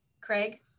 Craig